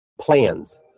plans